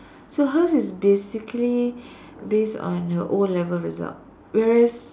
so hers is basically based on her O-level result whereas